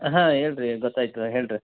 ಹಾಂ ಹಾಂ ಹೇಳ್ರಿ ಗೊತ್ತಾಯಿತು ಹೇಳಿರಿ